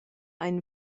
ein